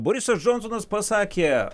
borisas džonsonas pasakė